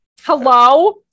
hello